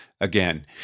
Again